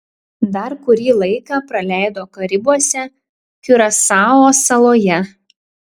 dar kurį laiką praleido karibuose kiurasao saloje